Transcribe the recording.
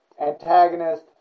antagonist